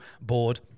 board